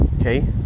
Okay